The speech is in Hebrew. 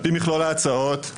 על פי מכלולי ההצעות,